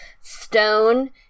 stone